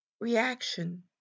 reaction